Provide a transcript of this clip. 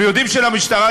אתם יודעים שלמשטרה,